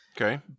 Okay